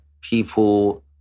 people